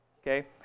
Okay